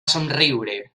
somriure